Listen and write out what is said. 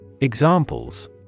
Examples